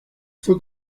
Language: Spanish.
fue